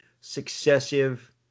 successive